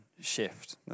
shift